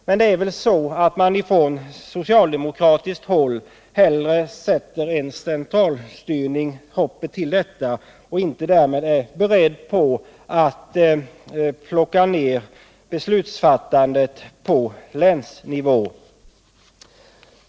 Men det är väl så att man från socialdemokratiskt håll hellre sätter hoppet till en centralstyrning och därmed inte är beredd att föra ned beslutsfattandet på länsnivå.